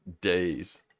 days